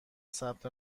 ثبت